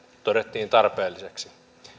todettiin tarpeelliseksi